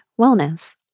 wellness